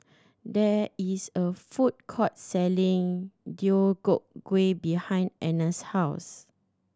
there is a food court selling Deodeok Gui behind Anna's house